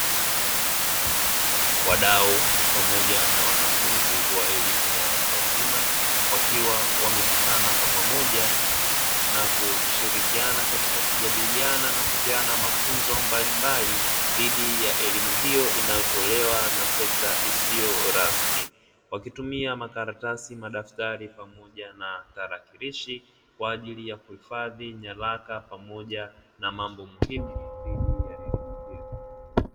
Wadau pamoja na wanafunzi wa elimu ya watu wazima wakiwa wamekutana kwa pamoja na kushirikiana katika kujadiliana na kupena mafunzo mbalimbali dhidi ya elimu hiyo inayotolewa na sekta isiyo rasmi wakitumia makaratasi, madaftari, pamoja na tarakilishi kwa ajili ya kuhifadhi nyaraka pamoja na mambo muhimu.